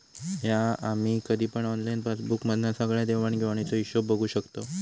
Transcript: हा आम्ही कधी पण ऑनलाईन पासबुक मधना सगळ्या देवाण घेवाणीचो हिशोब बघू शकताव